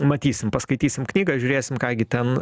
matysim paskaitysim knygą žiūrėsim ką gi ten